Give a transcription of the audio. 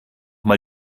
mal